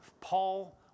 Paul